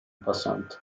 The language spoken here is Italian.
passante